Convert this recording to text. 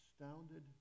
astounded